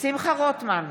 שמחה רוטמן,